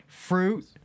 Fruit